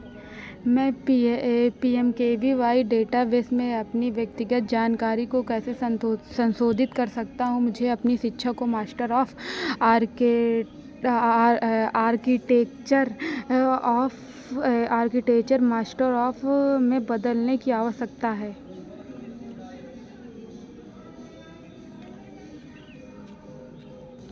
मैं P A P M K V Y database में अपनी व्यक्तिगत जानकारी को कैसे संशोधित कर सकता हूँ मुझे अपनी शिक्षा को मास्टर ऑफ ऑर्कि architecture of architecture master of में बदलने की आवश्यकता है